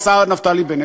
השר נפתלי בנט,